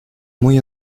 muy